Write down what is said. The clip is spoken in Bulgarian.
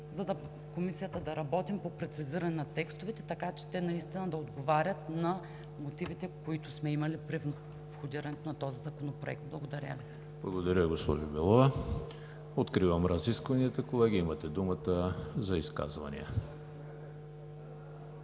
в Комисията по прецизирането на текстовете, така че те наистина да отговарят на мотивите, които сме имали при входирането на този законопроект. Благодаря. ПРЕДСЕДАТЕЛ ЕМИЛ ХРИСТОВ: Благодаря, госпожо Белова. Откривам разискванията. Колеги, имате думата за изказвания.